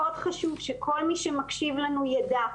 מאוד חשוב שכל מי שמקשיב לנו ידע,